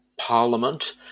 Parliament